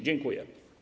Dziękuję.